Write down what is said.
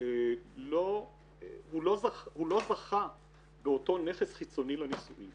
הוא לא זכה באותו נכס חיצוני לנישואין.